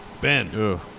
Ben